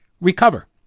recover